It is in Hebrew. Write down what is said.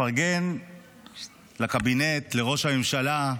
לפרגן לקבינט, לראש הממשלה.